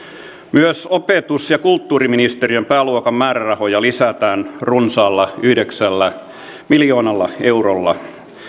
myös opetus ja kulttuuriministeriön pääluokan määrärahoja lisätään runsaalla yhdeksällä miljoonalla eurolla